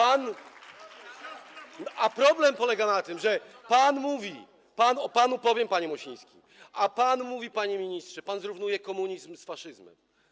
A problem polega na tym, że pan mówi - o panu powiem, panie Mosiński - panie ministrze, pan zrównuje komunizm z faszyzmem.